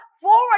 forward